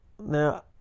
Now